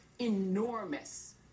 enormous